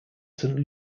saint